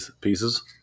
pieces